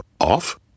off